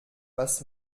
was